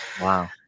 Wow